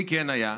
מי כן היה?